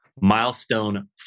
milestone